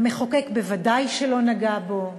המחוקק ודאי שלא נגע בו: